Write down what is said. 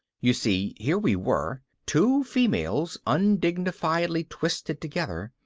you see, here we were, two females undignifiedly twisted together,